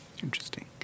Interesting